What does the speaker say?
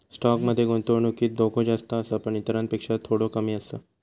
stock मध्ये गुंतवणुकीत धोको जास्त आसा पण इतरांपेक्षा थोडो कमी आसा